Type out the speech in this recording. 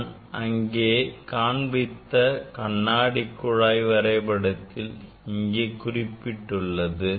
நான் அங்கே காண்பித்த கண்ணாடி குழாய் வரைபடத்தில் இங்கே குறிப்பிடப்பட்டுள்ளது